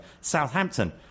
Southampton